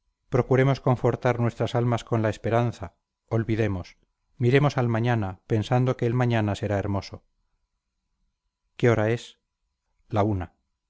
procuremos confortar nuestras almas con la esperanza olvidemos miremos al mañana pensando que el mañana será hermoso qué hora es la una